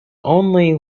only